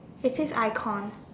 it says icon